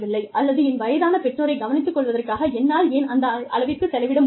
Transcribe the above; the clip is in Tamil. அல்லது என் வயதான பெற்றோரைக் கவனித்துக் கொள்வதற்காக என்னால் ஏன் அந்த அளவிற்கு செலவிட முடியாது